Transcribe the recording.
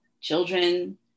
children